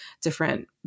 different